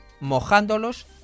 mojándolos